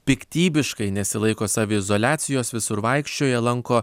piktybiškai nesilaiko saviizoliacijos visur vaikščioja lanko